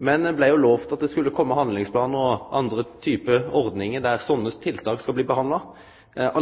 Men ein lovde at ein handlingsplan skulle kome – og andre typar ordningar – der slike tiltak skulle bli behandla.